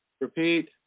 Repeat